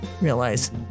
realize